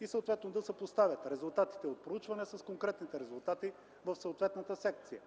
и съответно да съпоставят резултатите от проучването с конкретните резултати в съответната секция.